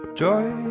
joy